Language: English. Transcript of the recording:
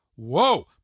Whoa